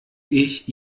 ich